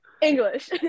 English